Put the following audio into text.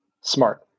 smart